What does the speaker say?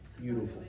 beautiful